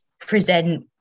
present